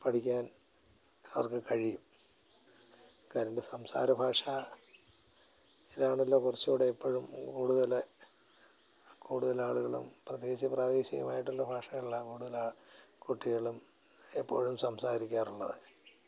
പഠിക്കാൻ അവർക്ക് കഴിയും കരണ്ട് സംസാര ഭാഷ ശരിയാവുന്നില്ല കുറച്ചു കൂടെ ഇപ്പോഴും കൂടുതൽ കൂടുതൽ ആളുകളും പ്രത്യേകിച്ച് പ്രാദേശികമായിട്ടുള്ള ഭാഷകളെല്ലാം കൂടുതൽ ആ കുട്ടികളും എപ്പോഴും സംസാരിക്കാറുള്ളത്